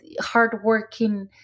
hardworking